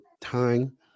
time